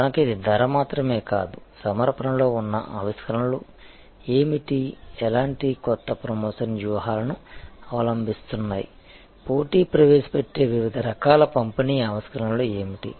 కనుక ఇది ధర మాత్రమే కాదు సమర్పణలో ఉన్న ఆవిష్కరణలు ఏమిటి ఎలాంటి కొత్త ప్రమోషన్ వ్యూహాలను అవలంబిస్తున్నాయి పోటీ ప్రవేశపెట్టే వివిధ రకాల పంపిణీ ఆవిష్కరణలు ఏమిటి